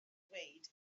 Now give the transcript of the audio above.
ddweud